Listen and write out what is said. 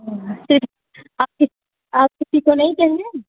हाँ आप किस आप किसी को नहीं कहेंगे